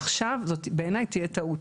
זאת הבעיה שאיתה התמודדנו.